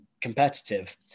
competitive